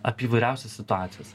apie įvairiausias situacijas